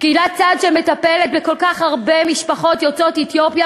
פקידת סעד שמטפלת בכל כך הרבה משפחות יוצאות אתיופיה,